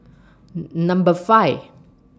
Number five